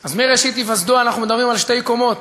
אז מראשית היווסדו אנחנו מדברים על שתי קומות.